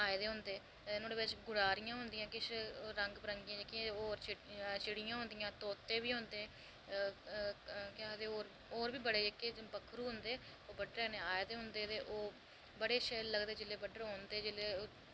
ते ओह् आये दे होंदे ते नुहाड़े बिच किश गडारियां होंदियां होर रंग बिरंगियां जेह्ड़ियां चिड़ियां होंदियां ते ओह् तोते होंदे ते ओह् केह् आक्खदे होर बी जेह्ड़े पक्खरू होंदे ते ओह् बड्डलै नै आये दे होंदे ते ओह् बड़े शैल लगदे जैल्ले बड्डलै औंदे ते ओह्